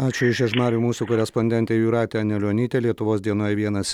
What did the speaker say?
ačiū iš žiežmarių mūsų korespondentė jūratė anilionytė lietuvos dienoje vienas